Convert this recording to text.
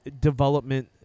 development